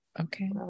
Okay